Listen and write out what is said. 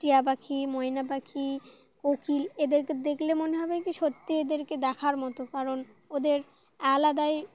টিয়া পাখি ময়না পাখি কোকিল এদেরকে দেখলে মনে হবে কি সত্যি এদেরকে দেখার মতো কারণ ওদের আলাদাই